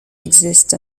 exist